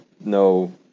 no